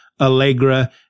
Allegra